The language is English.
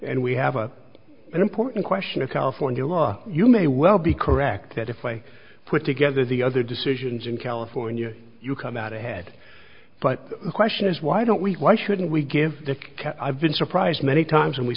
and we have a an important question a california law you may well be correct that if we put together the other decisions in california you come out ahead but the question is why don't we why shouldn't we give i've been surprised many times